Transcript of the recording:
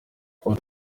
cote